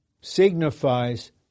signifies